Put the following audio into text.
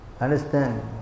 Understand